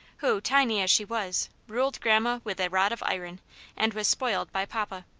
who, tiny as she was, ruled grandma with a rod of iron and was spoiled by papa.